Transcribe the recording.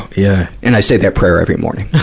yeah and i say that prayer every morning.